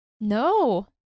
No